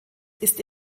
ist